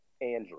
Andrew